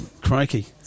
crikey